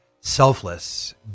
selfless